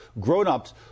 grown-ups